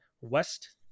West